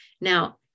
Now